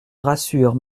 rassure